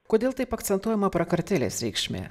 kodėl taip akcentuojama prakartėlės reikšmė